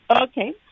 Okay